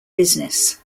business